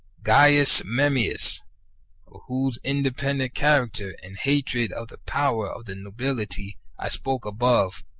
gaius memmius, of whose independent character and hatred of the power of the nobility i spoke above,